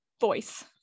voice